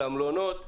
למלונות,